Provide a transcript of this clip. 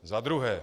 Za druhé.